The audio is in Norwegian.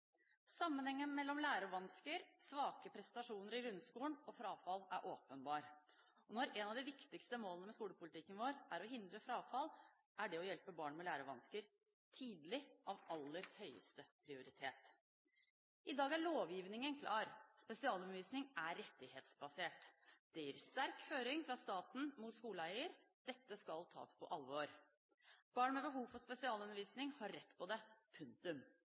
Sammenhengen mellom lærevansker, svake prestasjoner i grunnskolen og frafall er åpenbar, og når et av de viktigste målene med skolepolitikken vår er å hindre frafall, er det å hjelpe barn med lærevansker tidlig av aller høyeste prioritet. I dag er lovgivningen klar. Spesialundervisning er rettighetsbasert. Det gir sterk føring fra staten mot skoleeier – dette skal tas på alvor. Barn med behov for spesialundervisning har rett til det. Punktum.